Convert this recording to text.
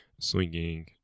swinging